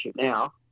now